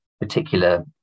particular